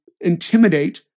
intimidate